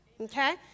Okay